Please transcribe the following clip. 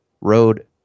road